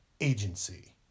Agency